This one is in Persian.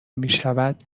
میشود